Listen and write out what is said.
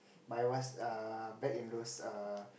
my wise err back in those err